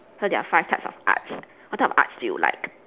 so there are five types of arts what type of arts do you like